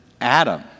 adam